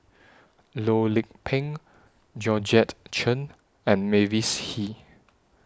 Loh Lik Peng Georgette Chen and Mavis Hee